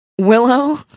Willow